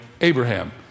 Abraham